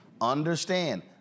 understand